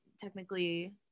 technically